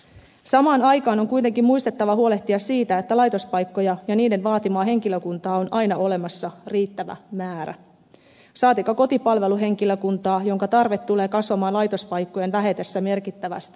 samaan aikaan on kuitenkin muistettava huolehtia siitä että laitospaikkoja ja niiden vaatimaa henkilökuntaa on aina olemassa riittävä määrä saati kotipalveluhenkilökuntaa jonka tarve tulee kasvamaan laitospaikkojen vähetessä merkittävästi